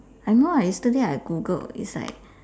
I know yesterday I googled it's like